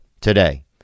today